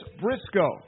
Briscoe